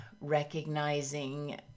recognizing